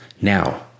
now